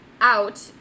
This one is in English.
out